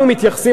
אנחנו מתייחסים,